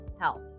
health